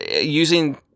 using